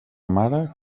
mare